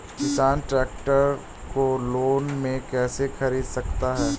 किसान ट्रैक्टर को लोन में कैसे ख़रीद सकता है?